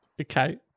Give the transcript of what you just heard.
okay